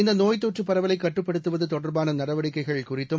இந்தநோய்த்தொற்றுபரவலைகட்டுப்படுத்துவதுதொடர்பானநடவடிக்கைகள் குறித்தம்